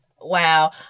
Wow